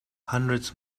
hundreds